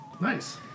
Nice